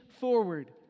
forward